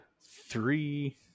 three